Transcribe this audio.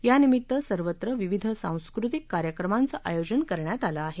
या निमित्त सर्वत्र विविध सांस्कृतिक कार्यक्रमांचं आयोजन करण्यात आलं आहे